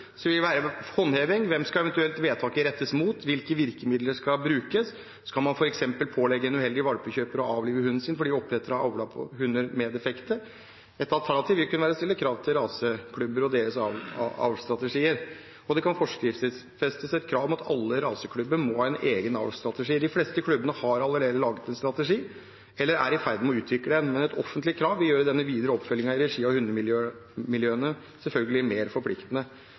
håndheving. Hvem skal vedtaket eventuelt rettes mot? Hvilke virkemidler skal brukes? Skal man f.eks. pålegge en uheldig valpekjøper å avlive hunden sin fordi oppdretteren har avlet på hunder med defekter? Et annet alternativ vil kunne være å stille krav til raseklubber og deres avlsstrategier. Det kan forskriftsfestes et krav om at alle raseklubber må ha en egen avlsstrategi. De fleste klubbene har allerede laget en strategi eller er i ferd med å utvikle en. Et offentlig krav vil selvfølgelig gjøre den videre oppfølgingen i regi av